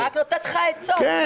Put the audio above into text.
אני רק נותנת לך עצות, מה קרה.